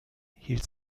hielt